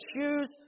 choose